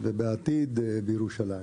ובעתיד בירושלים.